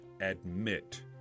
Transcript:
admit